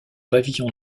pavillon